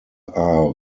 are